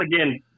again